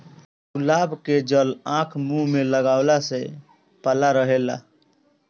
गुलाब के जल आँख, मुंह पे लगवला से पल्ला रहेला